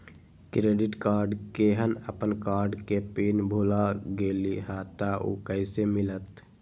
Credit card केहन अपन card के पिन भुला गेलि ह त उ कईसे मिलत?